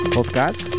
podcast